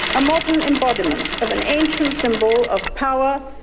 a modern embodiment of an ancient symbol of power,